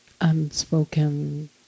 unspoken